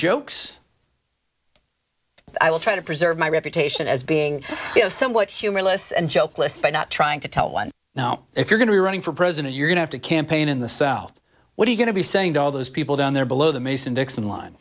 jokes i will try to preserve my reputation as being somewhat humorless and joke list by not trying to tell one now if you're going to be running for president you're going to campaign in the south what are you going to be saying to all those people down there below the mason dixon line